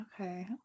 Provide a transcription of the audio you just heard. Okay